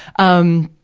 um,